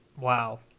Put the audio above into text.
Wow